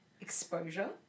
exposure